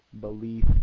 belief